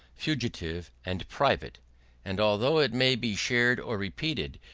fugitive, and private and although it may be shared or repeated,